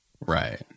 Right